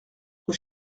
rue